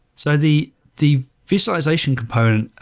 so the the visualization component,